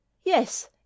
Yes